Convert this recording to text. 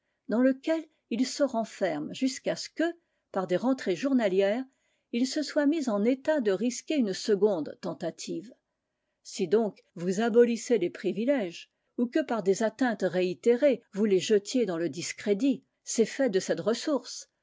dans lequel il se renferme jusqu'à ce que par des rentrées journalières il se soit mis en état de risquer une seconde tentative si donc vous abolissez les privilèges ou que par des atteintes réitérées vous les jetiez dans le discrédit c'est fait de cette ressource